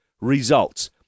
results